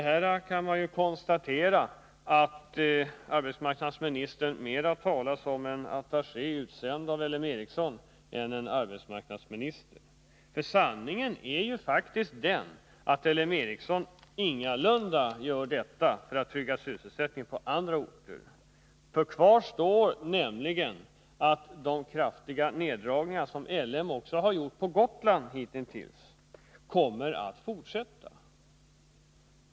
Här kan man konstatera att arbetsmarknadsministern mera talar i egenskap av attaché utsänd av L M Ericsson än i egenskap av arbetsmarknadsminister. Sanningen är ju faktiskt den att LM Ericsson ingalunda gör dessa nedskärningar för att trygga sysselsättningen på andra orter. Kvar står nämligen det faktum att också de kraftiga neddragningar som L M hittills har gjort på Gotland kommer att fortsätta.